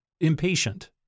Impatient